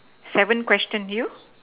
seven question you